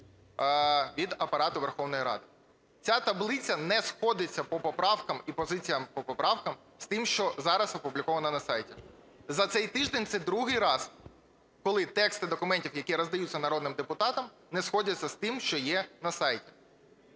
від Апарату Верховної Ради. Ця таблиця не сходиться по поправкам і позиціям по поправкам з тим, що зараз опубліковано на сайті. За цей тиждень це другий раз, коли тексти документів, які роздаються народним депутатам, не сходяться з тим, що є на сайті.